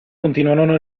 continuarono